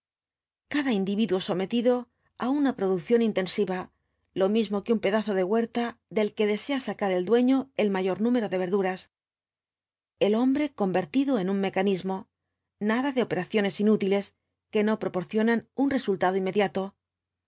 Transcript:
cada individuo sometido á una producción intensiva lo mismo que un pedazo de huerta del que desea sacar el dueño el mayor número de verduras el hombre convertido en un mecanismo nada de operaciones inútiles que no proporcionan un resultado inmediato